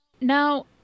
Now